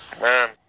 Man